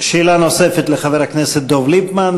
שאלה נוספת לחבר הכנסת דב ליפמן.